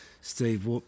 Steve